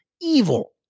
evil